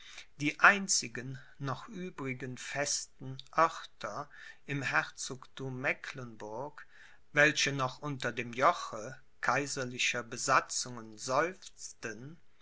die einzigen noch übrigen festen oerter im herzogthum mecklenburg welche noch unter dem joche kaiserlicher besatzungen seufzten